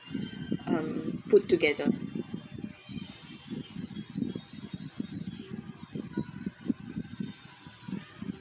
mm put together